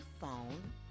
phone